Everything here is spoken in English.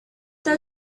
they